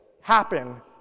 happen